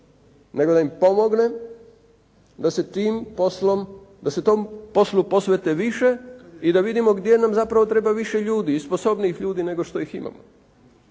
nego da im pomogne da se tom poslu posvete više i da vidimo gdje nam zapravo treba više ljudi i sposobnijih ljudi nego što ih imamo.